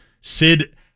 Sid